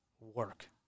work